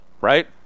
right